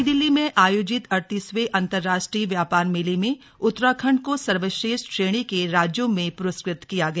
नई दिल्ली में आयोजित अड़तीसवें अंतरराष्ट्रीय व्यापार मेले में उत्तराखंड को सर्वश्रेष्ठ श्रेणी के राज्यों में पुरस्कृत किया गया